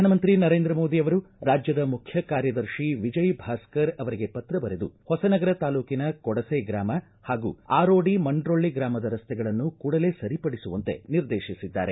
ಪ್ರಧಾನಮಂತ್ರಿ ನರೇಂದ್ರ ಮೋದಿ ಅವರು ರಾಜ್ಯದ ಮುಖ್ಯ ಕಾರ್ಯದರ್ಶಿ ವಿಜಯ ಭಾಸ್ಕರ್ ಅವರಿಗೆ ಪತ್ರ ಬರೆದು ಹೊಸನಗರ ತಾಲೂಕಿನ ಕೊಡಸೆ ಗ್ರಾಮ ಪಾಗೂ ಆರೋಡಿ ಮಂಡ್ರೋಳ್ಳಿ ಗ್ರಾಮದ ರಸ್ತೆಗಳನ್ನು ಕೂಡಲೇ ಸರಿಪಡಿಸುವಂತೆ ನಿರ್ದೇಶಿಸಿದ್ದಾರೆ